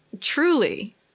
truly